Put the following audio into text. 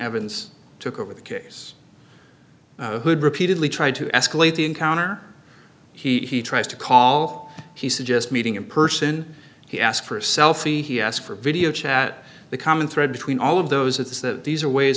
evans took over the case who had repeatedly tried to escalate the encounter he tries to call he suggest meeting in person he asked for a selfie he asked for video chat the common thread between all of those is that these are ways